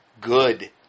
good